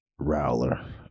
rowler